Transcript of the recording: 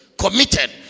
committed